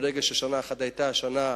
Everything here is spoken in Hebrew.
ברגע שהיתה שנה גשומה,